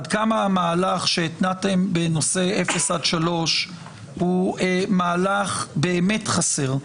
עד כמה המהלך שהתנעתם בנושא אפס עד שלוש הוא מהלך באמת חסר.